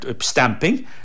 stamping